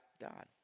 God